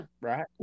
Right